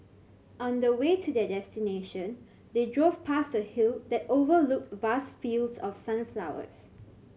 on the way to their destination they drove past a hill that overlooked vast fields of sunflowers